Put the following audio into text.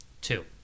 Two